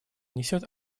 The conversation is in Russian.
несет